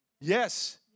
Yes